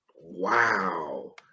Wow